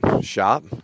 shop